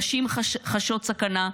נשים חשות סכנה,